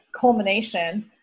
culmination